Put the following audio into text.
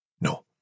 No